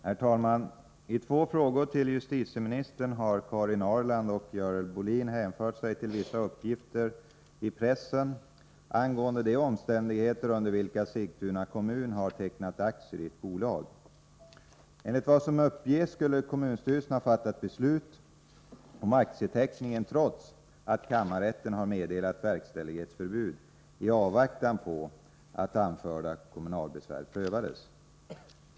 Herr talman! I två frågor till justitieministern har Karin Ahrland och Görel Bohlin hänvisat till vissa uppgifter i pressen angående de omständigheter under vilka Sigtuna kommun har tecknat aktier i ett bolag. Enligt vad som uppges skulle kommunstyrelsen ha fattat beslutet om aktieteckningen trots att kammarrätten hade meddelat verkställighetsförbud i avvaktan på att anförda kommunalbesvär prövades.